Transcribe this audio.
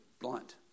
blunt